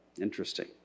Interesting